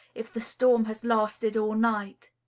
if the storm has lasted all night.